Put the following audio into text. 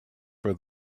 for